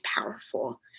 powerful